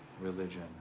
religion